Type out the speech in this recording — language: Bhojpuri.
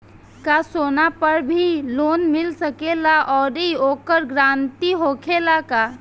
का सोना पर भी लोन मिल सकेला आउरी ओकर गारेंटी होखेला का?